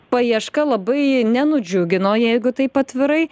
paieška labai nenudžiugino jeigu taip atvirai